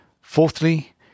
Fourthly